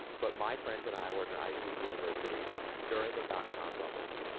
but my friends and i were in an ivy league university during the dotcom bubble,